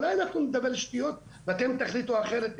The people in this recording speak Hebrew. אולי אנחנו נדבר שטויות ואתם תחליטו אחרת,